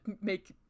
make